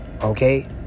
okay